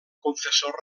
confessor